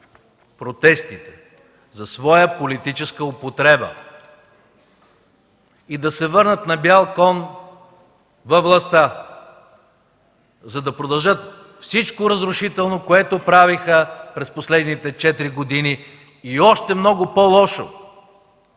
протестите за своя политическа употреба и да се върнат на бял кон във властта, за да продължат всичко разрушително, което правиха през последните четири години и още много по-лошо.